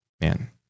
man